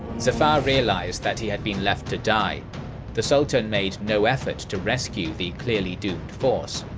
zafar realized that he had been left to die the sultan made no effort to rescue the clearly doomed force,